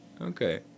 Okay